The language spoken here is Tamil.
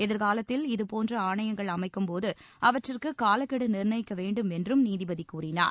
எதிர்காலத்தில் இதபோன்ற ஆணையங்கள் அமைக்கும்போது அவற்றுக்கு காலக்கெடு நிர்ணயிக்க வேண்டும் என்றும் நீதிபதி கூறினார்